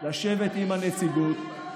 לשבת עם הנציגות,